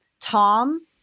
Tom